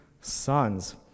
sons